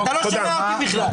אתה לא שומע אותי בכלל.